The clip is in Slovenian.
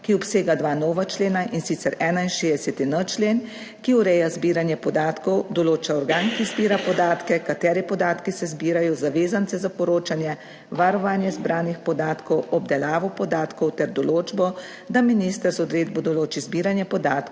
ki obsega dva nova člena, in sicer 61.n člen, ki ureja zbiranje podatkov, določa organ, ki zbira podatke, kateri podatki se zbirajo, zavezance za poročanje, varovanje zbranih podatkov, obdelavo podatkov ter določbo, da minister z odredbo določi zbiranje podatkov